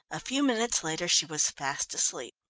a few minutes later she was fast asleep.